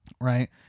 right